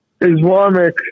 Islamic